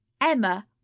emma